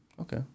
okay